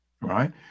Right